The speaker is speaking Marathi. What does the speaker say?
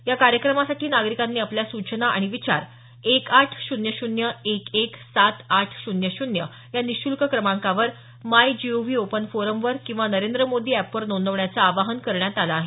या कार्यक्रमासाठी नागरीकांनी आपल्या सूचना आणि विचार एक आठ शून्य शून्य एक एक सात आठ शून्य शून्य या निःशुल्क क्रमांकावर माय जीओव्ही ओपन फोरम वर किंवा नरेंद्र मोदी अॅप वर नोंदवण्याचं आवाहन करण्यात आलं आहे